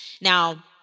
Now